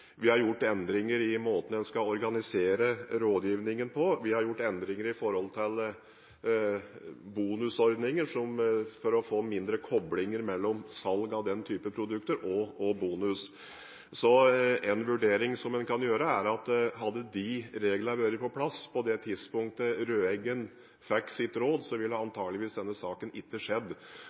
Vi har gjort endringer i måten en skal organisere rådgivningen på. Vi har gjort endringer når det gjelder bonusordninger for å få mindre koblinger mellom salg av den typen produkter og bonus. Så en vurdering en kan gjøre, er at hadde de reglene vært på plass på det tidspunktet Røeggen fikk sitt råd, ville denne saken antakeligvis ikke